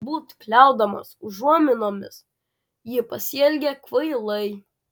galbūt kliaudamas užuominomis ji pasielgė kvailai